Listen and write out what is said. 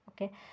okay